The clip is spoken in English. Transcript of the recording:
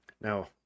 now